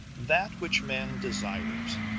that which man desires,